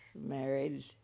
married